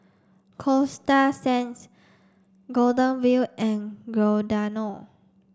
Coasta Sands Golden Wheel and Giordano